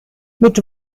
mit